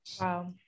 Wow